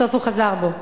בסוף הוא חזר בו.